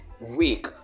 week